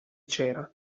cera